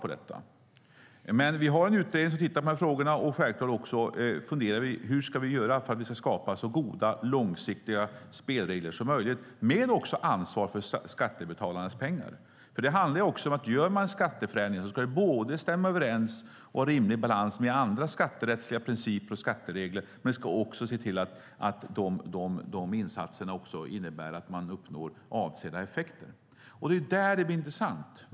Vi har dock en utredning som tittar på frågorna, och självklart funderar vi också på hur vi ska göra för att skapa så goda långsiktiga spelregler som möjligt, med ansvar för skattebetalarnas pengar. Om man gör skatteförändringar ska det stämma överens med och vara i rimlig balans med andra skatterättsliga principer och skatteregler, men man ska också se till att insatserna uppnår avsedda effekter. Det är där det blir intressant.